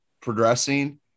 progressing